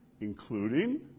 including